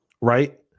Right